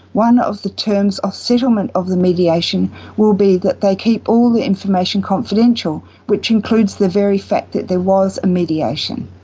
one of the terms of settlement of the mediation will be that they keep all the information confidential, which includes the very fact that there was a mediation.